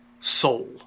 soul